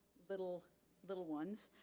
little little ones,